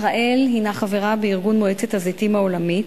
ישראל חברה בארגון מועצת הזיתים העולמית,